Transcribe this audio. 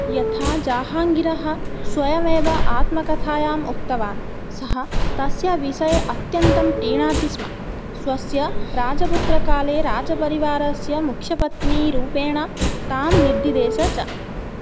यथा जाहङ्गिरः स्वयमेव आत्मकथायाम् उक्तवान् सः तस्य विषये अत्यन्तं प्रीणाति स्म स्वस्य राजपुत्रकाले राजपरिवारस्य मुख्यपत्नीरूपेण तां निर्दिदेशः च